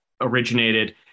originated